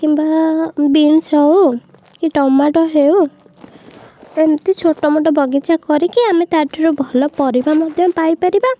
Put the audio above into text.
କିମ୍ବା ବିନ୍ସ ହେଉ କି ଟମାଟୋ ହେଉ ଏମତି ଛୋଟମୋଟ ବଗିଚା କରିକି ଆମେ ତା' ଠାରୁ ଭଲ ପରିବା ମଧ୍ୟ ପାଇପାରିବା